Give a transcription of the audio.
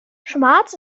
schwarz